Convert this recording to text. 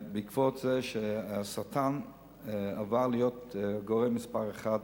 זה בעקבות העובדה שהסרטן עבר להיות גורם מספר אחת